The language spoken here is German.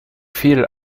viel